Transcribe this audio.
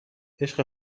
عشق